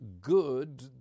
good